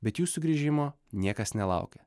bet jų sugrįžimo niekas nelaukia